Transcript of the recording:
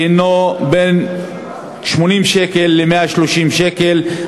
שהנו בין 80 שקלים ל-130 שקלים.